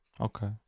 okay